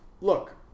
look